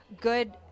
good